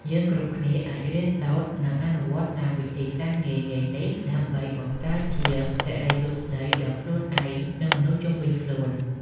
យើងគ្រប់គ្នាអាចរៀនសូត្រនិងអនុវត្តតាមវិធីសាស្ត្រងាយៗនេះដើម្បីបង្កើតជាសិរីសួស្តីដល់ខ្លួនឯងនិងមនុស្សជុំវិញខ្លួន។